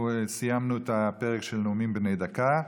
סיימנו את הפרק של נאומים בני דקה.